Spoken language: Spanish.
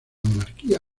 monarquía